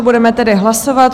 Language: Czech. Budeme tedy hlasovat.